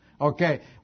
Okay